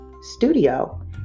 studio